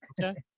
Okay